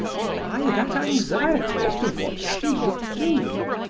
why that anxiety as to what she would do?